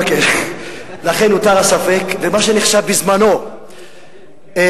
לכן, הותר הספק, ומה שנחשב בזמנו ממשלת